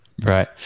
Right